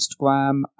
Instagram